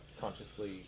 consciously